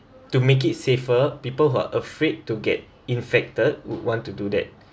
to make it safer people who are afraid to get infected would want to do that